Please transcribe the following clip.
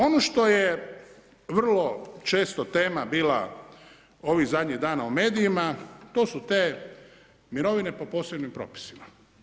Ono što je vrlo često tema bila ovih zadnjih dana u medijima, to su te mirovine po posebnim propisima.